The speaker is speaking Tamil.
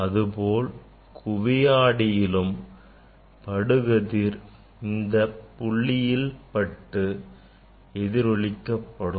அதேபோல் குவி ஆடி யிலும் படுகதிர் இந்த புள்ளியில் பட்டு எதிரொளிக்கப்படும்